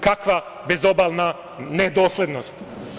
Kakva bezobalna nedoslednost.